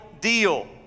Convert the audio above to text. deal